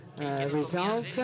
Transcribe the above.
Result